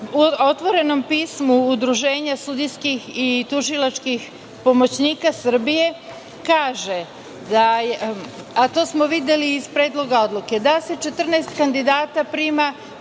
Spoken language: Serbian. otvorenom pismu Udruženja sudijskih i tužilačkih pomoćnika Srbije, kaže, a to smo videli iz Predloga odluke, da se 14 kandidata prima